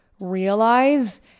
realize